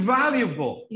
valuable